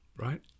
right